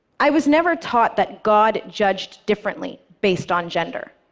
i was never taught that god judged differently based on gender.